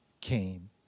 came